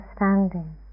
understanding